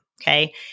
okay